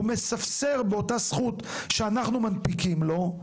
הוא מספסר באותה זכות שאנחנו מנפיקים לו,